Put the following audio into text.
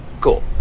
cool